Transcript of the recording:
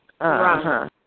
Right